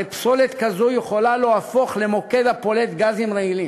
הרי פסולת כזו יכולה להפוך למוקד הפולט גזים רעילים.